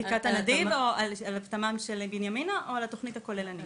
בקעת הנדיב או על התמ"מ של בנימינה או על התוכנית הכוללת.